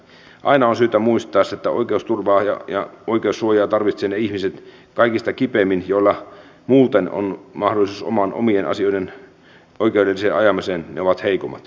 aina on syytä muistaa se että oikeusturvaa ja oikeussuojaa tarvitsevat kaikista kipeimmin ne ihmiset joilla muuten mahdollisuudet omien asioiden oikeudelliseen ajamiseen ovat heikommat